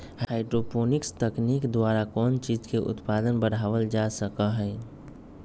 hydroponics तकनीक द्वारा कौन चीज के उत्पादन बढ़ावल जा सका हई